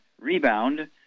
Rebound